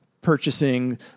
purchasing